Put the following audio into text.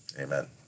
Amen